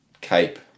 cape